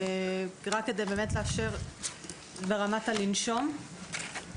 רק כדי באמת, ברמת הלנשום.